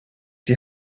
die